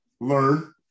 learn